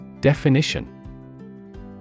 Definition